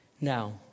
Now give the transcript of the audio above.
Now